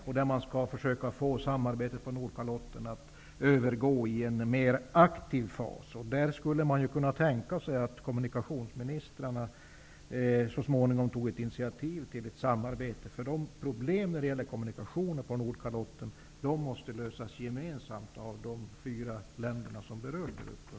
Man skall där försöka få samarbetet på Nordkalotten att övergå till en mer aktiv fas, och det kan där tänkas att kommunikationsministrarna så småningom tar ett initiativ till ett samarbete. De problem vi har när det gäller kommunikation på Nordkalotten måste nämligen lösas gemensamt av de fyra länder som berörs.